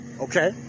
Okay